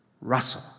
Russell